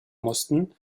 mussten